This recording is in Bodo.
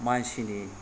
मानसिनि